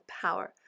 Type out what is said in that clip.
power